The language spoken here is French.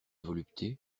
volupté